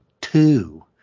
two